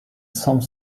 some